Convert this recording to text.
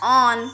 on